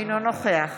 אינו נוכח